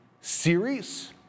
series